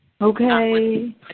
Okay